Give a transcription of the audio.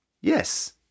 Yes